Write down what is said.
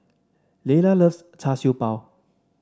Leila loves Char Siew Bao